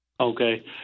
Okay